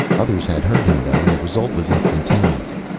others had heard him though, and the result was instantaneous.